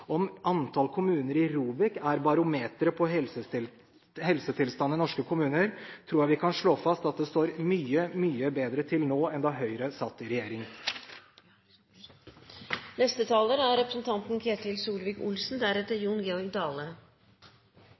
Om antallet kommuner i ROBEK er barometeret på helsetilstanden i norske kommuner, tror jeg vi kan slå fast at det står mye, mye bedre til nå enn da Høyre satt i regjering. Det er